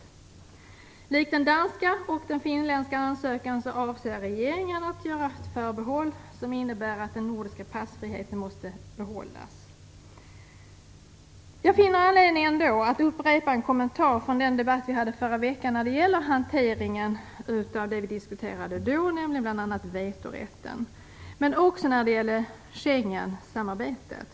Likt i den danska och den finländska ansökan avser regeringen att göra ett förbehåll som innebär att den nordiska passfriheten måste behållas. Jag finner ändå anledning att upprepa en kommentar från den debatt som vi hade förra veckan om bl.a. hanteringen av vetorätten men också om Schengensamarbetet.